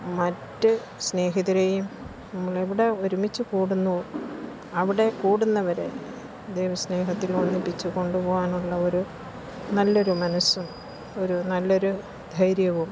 മറ്റു സ്നേഹിതരെയും നമ്മൾ എവിടെ ഒരുമിച്ചു കൂടുന്നോ അവിടെ കൂടുന്നവരെ ദൈവസ്നേഹത്തിൽ ഒന്നിപ്പിച്ച് കൊണ്ടുപോകാനുള്ള ഒരു നല്ലൊരു മനസ്സും ഒരു നല്ലൊരു ധൈര്യവും